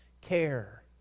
care